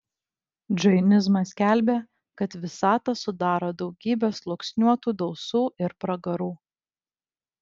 džainizmas skelbė kad visatą sudaro daugybė susluoksniuotų dausų ir pragarų